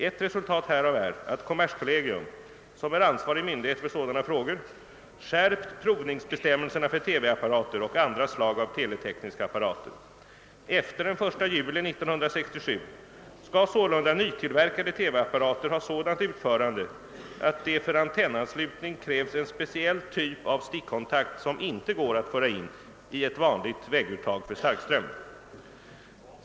Ett resultat härav är att kommerskollegium, som är ansvarig myndighet för sådana frågor, skärpt provningsbestämmelserna för TV-apparater och andra slag av teletekniska apparater. Efter den 1 juli 1967 skall sålunda nytillverkade TV-apparater ha sådant utförande att det för antennanslutning krävs en speciell typ av stickkontakt, som inte går att föra in i ett vanligt vägguttag för starkström.